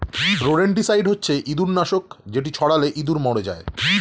rodenticide হচ্ছে ইঁদুর নাশক যেটি ছড়ালে ইঁদুর মরে যায়